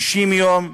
60 יום,